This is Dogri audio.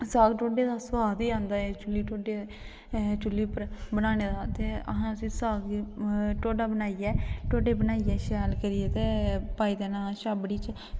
साग ढोड्डे दा सोआद ई आंदा ऐ चुल्ली पर ते चुल्ली उप्पर बनाने दा ते असें उसी साग ढोडे बनाने दा ढोडे बनाइयै ते शैल करियै ते पाई देना छाबड़ी च